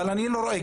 אבל אני לא רואה.